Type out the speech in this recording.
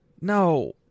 No